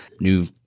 new